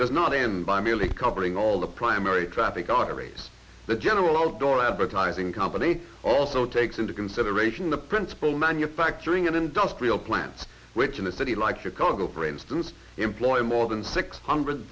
does not end by merely covering all the primary traffic arteries the general outdoor advertising company also takes into consideration the principal manufacturing and industrial plants which in a city like chicago for instance employ more than six hundred